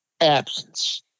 absence